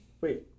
wait